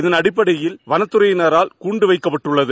இதனடிப்படையில் வனத்துறையினரால் கூண்டு வைக்கப்பட்டுள்ளது